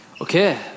Okay